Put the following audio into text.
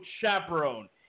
chaperone